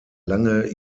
lange